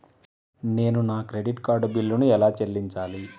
నేను నా credit card బిల్లును ఎలా చెల్లించాలీ?